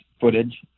footage